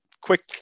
quick